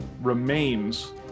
remains